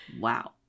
Wow